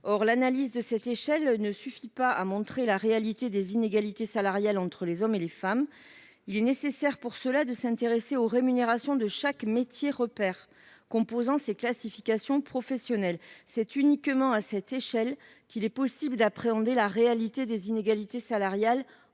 Or l’analyse de cette échelle ne suffit pas à montrer la réalité des inégalités salariales entre les hommes et les femmes. Pour ce faire, il est nécessaire de s’intéresser aux rémunérations de chaque métier repère composant ces classifications professionnelles. C’est uniquement à cette échelle qu’il est possible d’appréhender la réalité des inégalités salariales